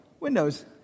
Windows